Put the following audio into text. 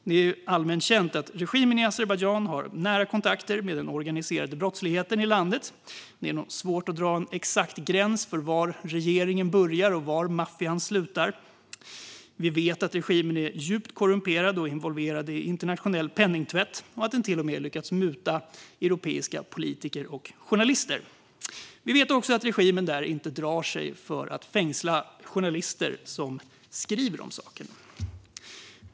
Det är allmänt känt att regimen i Azerbajdzjan har nära kontakter med den organiserade brottsligheten i landet, och det är nog svårt att dra en exakt gräns där regeringen börjar och maffian slutar. Vi vet att regimen är djupt korrumperad och involverad i internationell penningtvätt och att den till och med har lyckats muta europeiska politiker och journalister. Vi vet också att regimen inte drar sig för att fängsla journalister som skriver om saken.